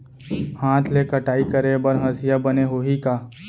हाथ ले कटाई करे बर हसिया बने होही का?